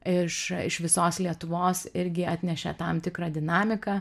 iš iš visos lietuvos irgi atnešė tam tikrą dinamiką